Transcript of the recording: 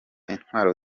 intwaro